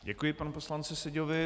Děkuji panu poslanci Seďovi.